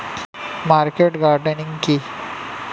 Market gardening কি?